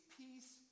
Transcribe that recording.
peace